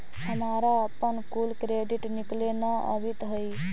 हमारा अपन कुल क्रेडिट निकले न अवित हई